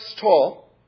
tall